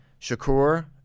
Shakur